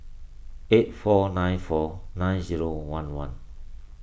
eight four nine four nine zero one one